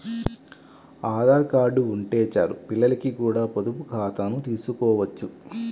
Aadhaar card ఉంటే చాలు పిల్లలకి కూడా పొదుపు ఖాతాను తీసుకోవచ్చు